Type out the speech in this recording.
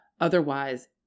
otherwise